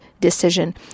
decision